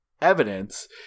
evidence